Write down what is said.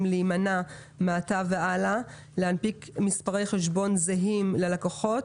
להימנע מעתה והלאה מלהנפיק מספרי חשבון זהים ללקוחות,